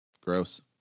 gross